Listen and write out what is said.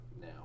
now